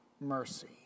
mercy